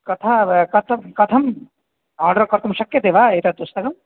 कथा कथं कथम् आर्डर् कर्तुं शक्यते वा एतत् पुस्तकम्